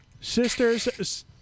Sisters